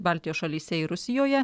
baltijos šalyse ir rusijoje